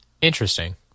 Interesting